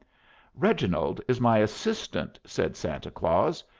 reginald is my assistant, said santa claus.